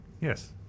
Yes